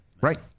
right